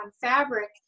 fabric